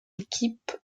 équipe